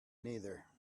neither